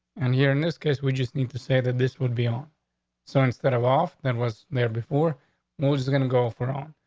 and here, in this case, we just need to say that this would be on so instead of off, then was there before we were just going to go for all.